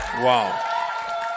wow